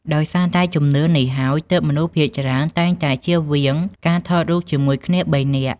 ដោយសារតែជំនឿនេះហើយ ទើបមនុស្សភាគច្រើនតែងតែជៀសវាងការថតរូបជាមួយគ្នាបីនាក់។